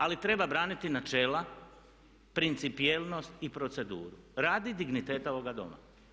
Ali treba braniti načela, principijelnost i proceduru radi digniteta ovoga Doma.